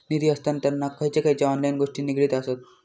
निधी हस्तांतरणाक खयचे खयचे ऑनलाइन गोष्टी निगडीत आसत?